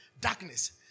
Darkness